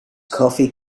coffee